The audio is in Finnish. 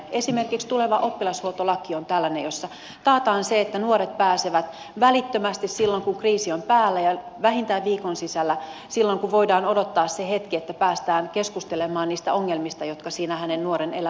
esimerkiksi tuleva oppilashuoltolaki on tällainen jossa taataan se että nuoret pääsevät välittömästi silloin kun kriisi on päällä ja vähintään viikon sisällä silloin kun voidaan odottaa se hetki keskustelemaan niistä ongelmista jotka siinä nuoren elämässä ovat